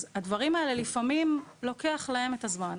אז הדברים האלה לפעמים, לוקח להם את הזמן.